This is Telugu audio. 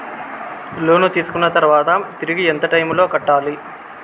లోను తీసుకున్న తర్వాత తిరిగి ఎంత టైములో కట్టాలి